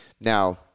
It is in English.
Now